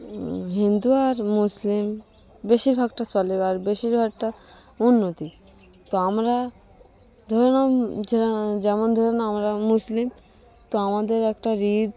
হিন্দু আর মুসলিম বেশিরভাগটা চলে আর বেশিরভাগটা উন্নতি তো আমরা ধরে নাও যেমন ধরে না আমরা মুসলিম তো আমাদের একটা ঈদ